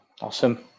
awesome